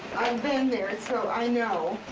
been there, so i know.